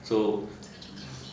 so